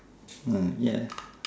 mm ya